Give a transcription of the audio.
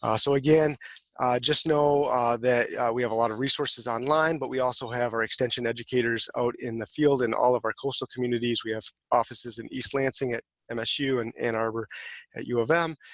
again just know that we have a lot of resources online, but we also have our extension educators out in the field in all of our coastal communities. we have offices in east lansing at msu and in arbor at u of m.